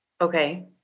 Okay